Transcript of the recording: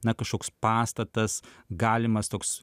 na kažkoks pastatas galimas toks